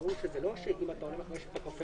ברור שאם אתה עולה מעל הרף זה לא עולה מייד מ-5,000 שקל